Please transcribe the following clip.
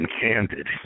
candid